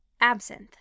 absinthe